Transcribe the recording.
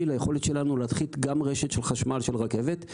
ליכולת שלנו להנחית גם רשת של חשמל של רכבת,